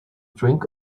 drink